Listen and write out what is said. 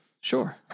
Sure